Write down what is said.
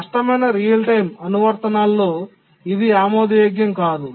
కష్టమైన real time అనువర్తనాల్లో ఇది ఆమోదయోగ్యం కాదు